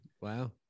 Wow